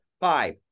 Five